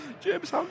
James